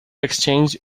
exchange